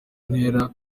ntera